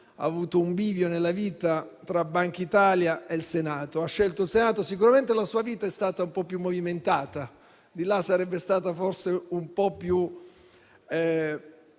ha avuto un bivio nella vita tra la Banca d'Italia e il Senato. Ha scelto il Senato; sicuramente la sua vita è stata un po' più movimentata, di là sarebbe stata forse un po' più